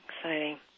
Exciting